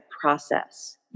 process